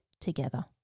together